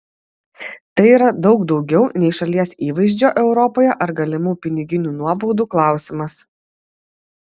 tai yra daug daugiau nei šalies įvaizdžio europoje ar galimų piniginių nuobaudų klausimas